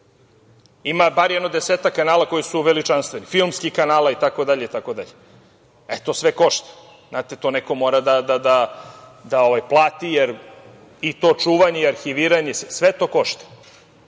Ima bar jedno desetak kanala koje su uveli, filmskih kanala, itd, itd. To sve košta, to neko mora da plati, jer, i to čuvanje i arhiviranje, sve to košta. Mi